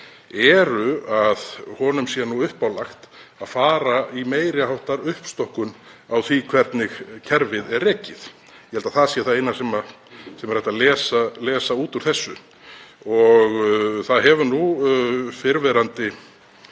eru að honum sé uppálagt að fara í meiri háttar uppstokkun á því hvernig kerfið er rekið. Ég held að það sé það eina sem hægt er að lesa út úr þessu. Fyrrverandi